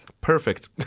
Perfect